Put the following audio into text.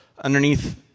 underneath